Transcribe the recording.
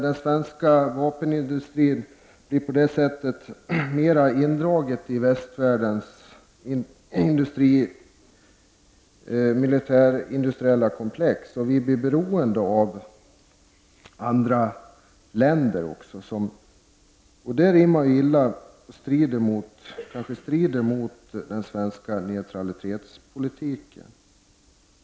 Den svenska vapenindustrin blir på det sättet mer indraget i västvärldens militärindustriella komplex och vi blir då också beroende av andra länder. Det kanske strider mot den svenska neutralitetspolitiken.